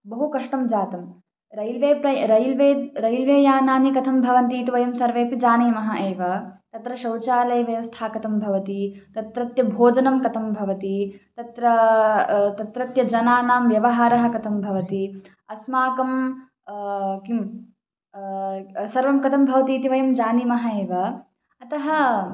बहु कष्टं जातं रैल्वे प्र रैल्वे रैल्वे यानानि कथं भवन्तीति वयं सर्वेपि जानीमः एव तत्र शौचालयव्यवस्था कथं भवति तत्रत्यभोजनं कथं भवति तत्र तत्रत्य जनानां व्यवहारः कथं भवति अस्माकं किं सर्वं कथं भवतीति वयं जानीमः एव अतः